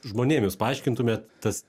žmonėm jūs paaiškintumėt tas